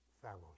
fellowship